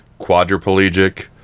quadriplegic